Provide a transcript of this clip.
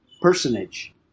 personage